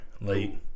Late